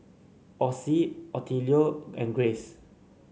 Ossie Attilio and Grayce